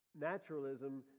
Naturalism